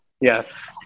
Yes